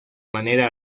manera